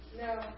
No